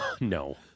No